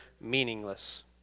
meaningless